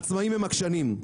העצמאים הם עקשנים,